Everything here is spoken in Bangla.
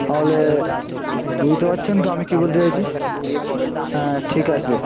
তাহলে বুঝতে পারছেন তো আমি কী বলতে চাইছি হ্যাঁ ঠিক আছে